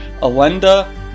Alenda